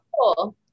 cool